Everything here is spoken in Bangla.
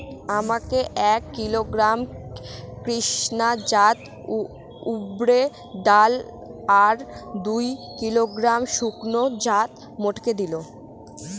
আমাকে এক কিলোগ্রাম কৃষ্ণা জাত উর্দ ডাল আর দু কিলোগ্রাম শঙ্কর জাত মোটর দিন?